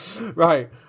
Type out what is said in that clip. Right